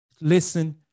listen